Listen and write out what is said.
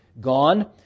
gone